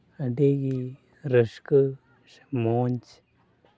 ᱟᱹᱰᱤᱜᱮ ᱨᱟᱹᱥᱠᱟᱹ ᱥᱮ ᱢᱚᱡᱽ